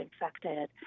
infected